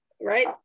right